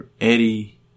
Eddie